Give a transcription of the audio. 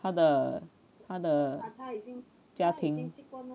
他的他的家庭